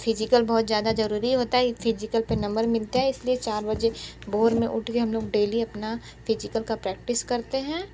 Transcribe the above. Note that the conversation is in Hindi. फिजिकल बहुत ज़्यादा ज़रूरी होता है फिजिकल पर नंबर मिलता है इसलिए चार बजे भोर में उठ कर हम लोग डेली अपना फिजिकल का प्रैक्टिस करते हैं